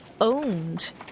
owned